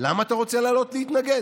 למה אתה רוצה לעלות להתנגד?